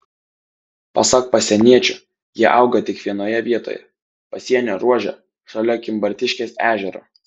pasak pasieniečių jie auga tik vienoje vietoje pasienio ruože šalia kimbartiškės ežero